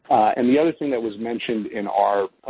and the other thing that was mentioned in our